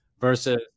versus